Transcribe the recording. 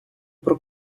про